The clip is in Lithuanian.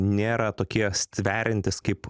nėra tokie stveriantys kaip